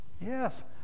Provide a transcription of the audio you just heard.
Yes